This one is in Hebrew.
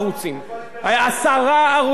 תשמע טוב, עשרה ערוצים עוד היו פה.